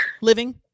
living